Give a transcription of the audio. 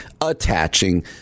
attaching